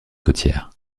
côtière